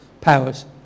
powers